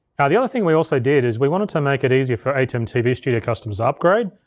now the other thing we also did is we wanted to make it easier for atem tv studio customers upgrade,